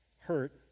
hurt